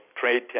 trade